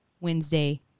Wednesday